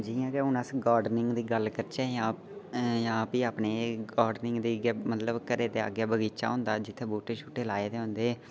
खाने दा मजा बी औंदा हा उआं गै फ्ही असें अमरूद आई गे मरूद बी खाह्दे गै हे मरूदै दी असें चाट बनानी मरूद खाने फ्ही जेह्का मजा होंदा हा ते ओह्